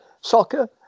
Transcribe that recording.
Soccer